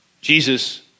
Jesus